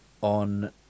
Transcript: on